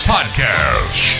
Podcast